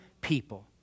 people